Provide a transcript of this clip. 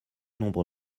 nombre